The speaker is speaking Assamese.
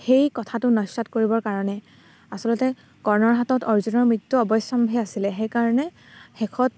সেই কথাটো নস্যাৎ কৰিবৰ কাৰণে আচলতে কৰ্ণৰ হাতত অৰ্জুনৰ মৃত্যু অৱশ্যাম্ভাৱি আছিলে সেই কাৰণে শেষত